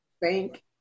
thank